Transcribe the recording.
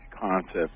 concept